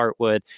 Heartwood